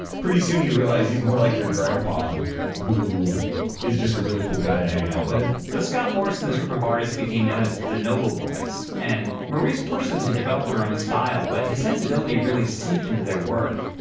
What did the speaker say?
pretty soon you realize he's more like your grandpa who is just a really cool guy to hang out with. so, scott morse and this group of artists became known as the noble boys and maurice pushed them to develop their own style but his sensibility really seeped into their work.